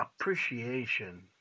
appreciation